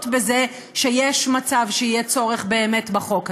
בזה שיש מצב שיהיה צורך באמת בחוק הזה.